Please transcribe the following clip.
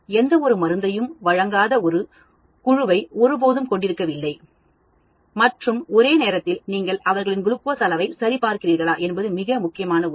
எந்தவொரு மருந்தையும் வழங்காத ஒரு தொழிலாளிகள்குழுவை ஒரு போதும் கொண்டிருக்கவில்லை மற்றும் ஒரே நேரத்தில் நீங்கள் அவர்களின் குளுக்கோஸ் அளவை சரி பார்க்கிறீர்களா என்பது மிக முக்கியமான ஒன்று